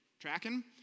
Tracking